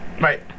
Right